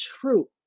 true